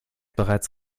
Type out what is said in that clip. bereits